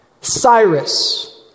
Cyrus